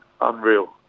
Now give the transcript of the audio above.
unreal